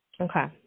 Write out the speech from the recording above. Okay